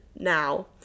now